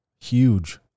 huge